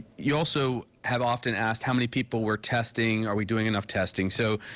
you also have often asked how many people we are testing, are we doing enough testing? so